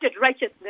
righteousness